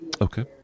Okay